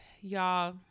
y'all